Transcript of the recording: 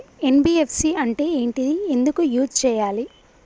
NBFC అంటే ఏంటిది ఎందుకు యూజ్ చేయాలి?